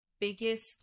biggest